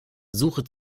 suche